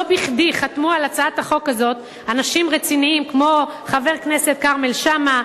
לא בכדי חתמו על הצעת החוק הזו אנשים רציניים כמו חבר הכנסת כרמל שאמה,